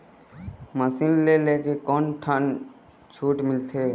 Machine ले ले कोन ठन छूट मिलथे?